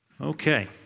Okay